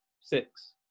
six